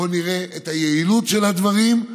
בואו נראה את היעילות של הדברים.